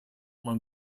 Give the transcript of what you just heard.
man